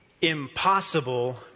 impossible